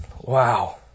wow